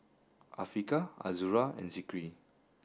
Afiqah Azura and Zikri